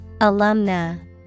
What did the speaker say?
Alumna